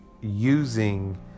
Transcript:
using